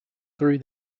through